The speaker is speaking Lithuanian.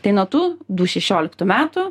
tai nuo tų du šešioliktų metų